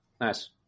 Nice